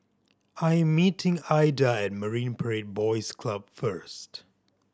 I am meeting Ilda at Marine Parade Boys Club first